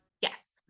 Yes